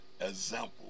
example